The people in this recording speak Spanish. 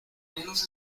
menos